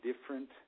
different